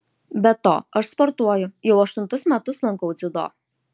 be to aš sportuoju jau aštuntus metus lankau dziudo